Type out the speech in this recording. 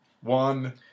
one